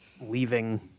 leaving